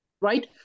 right